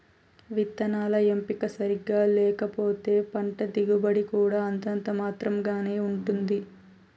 విత్తనాల ఎంపిక సరిగ్గా లేకపోతే పంట దిగుబడి కూడా అంతంత మాత్రం గానే ఉంటుంది